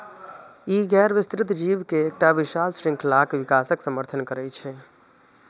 ई गैर विस्तृत जीव के एकटा विशाल शृंखलाक विकासक समर्थन करै छै